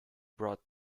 brought